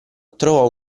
trovò